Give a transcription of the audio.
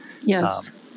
yes